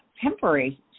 temporary